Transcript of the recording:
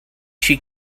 she